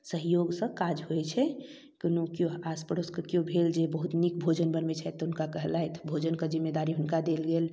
सहयोगसँ काज होइ छै कोनो केओ आसपड़ोसके केओ भेल जे बहुत नीक भोजन बनबै छथि तऽ हुनका कहलथि भोजनके जिम्मेदारी हुनका देल गेल